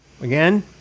Again